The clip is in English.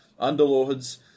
underlords